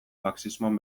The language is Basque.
faxismoan